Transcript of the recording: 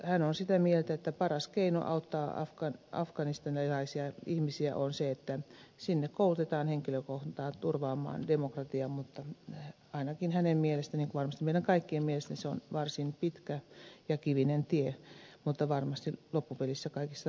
hän on sitä mieltä että paras keino auttaa afganistanilaisia ihmisiä on se että sinne koulutetaan henkilökuntaa turvaamaan demokratiaa mutta ainakin hänen mielestään niin kuin varmasti meidän kaikkien mielestä se on varsin pitkä ja kivinen tie mutta varmasti loppupelissä kaikista inhimillisin